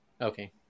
Okay